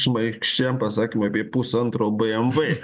šmaikščiam pasakymui apie pusantro bmv